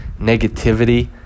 negativity